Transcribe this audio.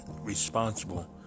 responsible